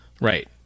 Right